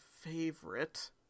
favorite